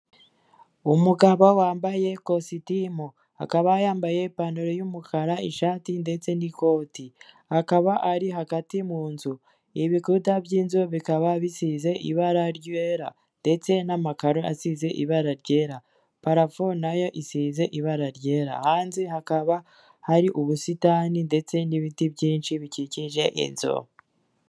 Umugabo wambaye ikositimu akaba yambaye ipantaro y'umukara, ishati ndetse n'ikoti akaba ari hagati mu nzu, ibikuta by'inzu bikaba bisize ibara ryera ndetse n'amakaro asize ibara ryera, parafo nayo isize ibara ryera. Hanze hakaba hari ubusitani ndetse n'ibiti byinshi bikikije inzu.